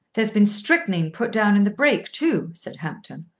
there's been strychnine put down in the brake too, said hampton.